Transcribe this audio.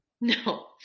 No